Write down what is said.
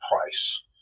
price